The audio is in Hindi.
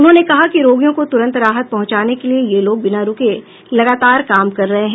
उन्होंने कहा कि रोगियों को तुरंत राहत पहुंचाने के लिए ये लोग बिना रूके लगातार काम कर रहे हैं